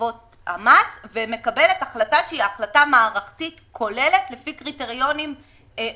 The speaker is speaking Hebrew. הטבות המס ומקבלת החלטה מערכתית כוללת לפי קריטריונים אובייקטיבים